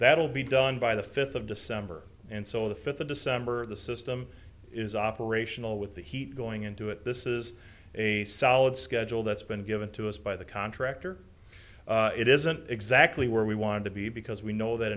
that'll be done by the fifth of december and so the fifth of december the system is operational with the heat going into it this is a solid schedule that's been given to us by the contractor it isn't exactly where we want to be because we know that